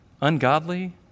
ungodly